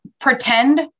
pretend